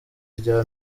rya